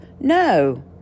no